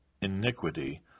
iniquity